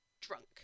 drunk